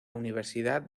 universidad